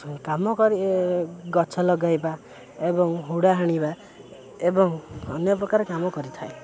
କାମ କରି ଗଛ ଲଗାଇବା ଏବଂ ହୁଡ଼ା ହାଣିବା ଏବଂ ଅନ୍ୟପ୍ରକାର କାମ କରିଥାଏ